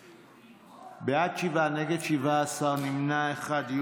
בעד, שבעה, נגד, 17, נמנע אחד.